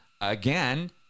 Again